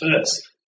first